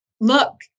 look